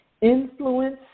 influence